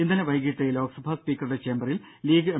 ഇന്നലെ വൈകീട്ട് ലോക്സഭ സ്പീക്കറുടെ ചേംബറിൽ ലീഗ് എം